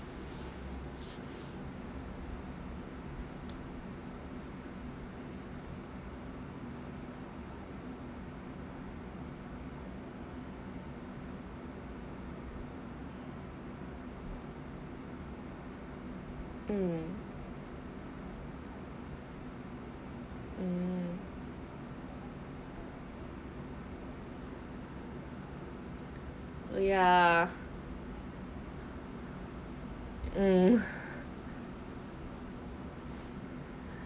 mm mm ya mm